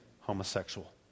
homosexual